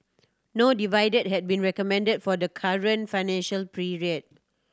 no dividend had been recommended for the current financial period